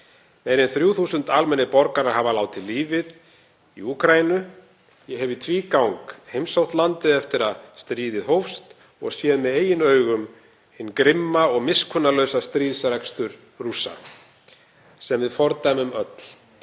en 3.000 almennir borgarar hafa látið lífið í Úkraínu. Ég hef í tvígang heimsótt landið eftir að stríðið hófst og séð með eigin augum hinn grimma og miskunnarlausa stríðsrekstur Rússa sem við fordæmum öll.